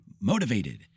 motivated